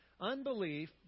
Unbelief